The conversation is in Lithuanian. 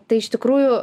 tai iš tikrųjų